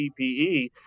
PPE